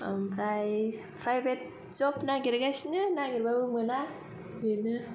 private जब नागिरगासिनो नागिरबाबो मोना बे नो